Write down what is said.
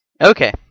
Okay